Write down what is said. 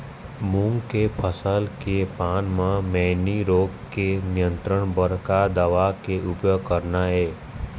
मूंग के फसल के पान म मैनी रोग के नियंत्रण बर का दवा के उपयोग करना ये?